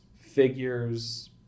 figures